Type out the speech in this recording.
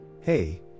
Hey